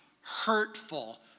hurtful